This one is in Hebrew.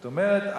זאת אומרת,